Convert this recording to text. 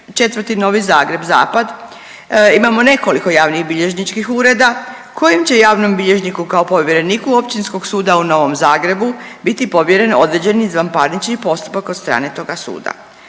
četvrti Novi Zagreb-zapad imamo nekoliko javnih bilježničkih ureda kojem će javnom bilježniku kao povjereniku Općinskog suda u Novom Zagrebu bi povjereni određeni izvanparnični postupak od strane toga suda.